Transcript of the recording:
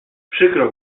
przykro